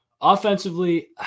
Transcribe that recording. Offensively